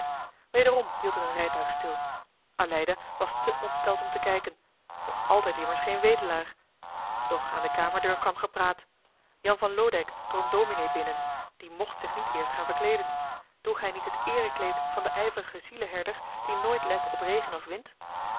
weder hield er een rijtuig stil aleida was te ontsteld om te kijken nog altijd immers geen wedelaar doch aan de kamerdeur kwam gepraat jan van loodijck drong dominee binnen die mcht zich niet eerst gaan verkleeden droeg hij niet het eerekleed van den ijverigen zieleherder die nooit let op regen of wind